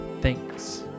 Thanks